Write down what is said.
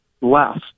less